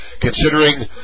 considering